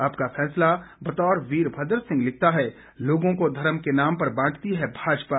आपका फैसला बतौर वीरभद्र सिंह लिखता है लोगों को धर्म के नाम पर बांटती है भाजपा